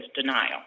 denial